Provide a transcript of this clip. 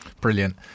Brilliant